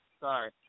Sorry